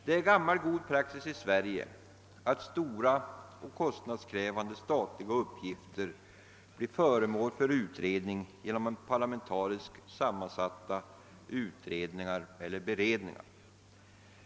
Det är gammal god praxis i Sverige att stora och kostnadskrävande statliga uppgifter blir föremål för utredning genom parlamentariskt sammansatta kommittéer eller beredningar.